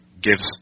gives